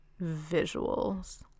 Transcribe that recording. visuals